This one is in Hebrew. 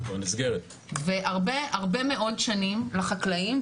הרבה מאוד שנים החקלאים,